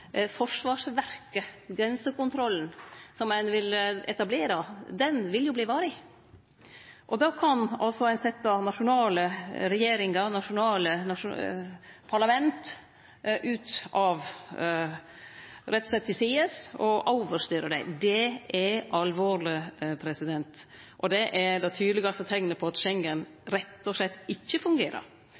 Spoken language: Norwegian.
forsvarsverket, grensekontrollen som ein vil etablere, den vil verte varig. Då kan ein altså rett og slett setje nasjonale regjeringar, nasjonale parlament, til sides og overstyre dei. Det er alvorleg, og det er det tydelegaste teiknet på at Schengen rett og slett ikkje fungerer.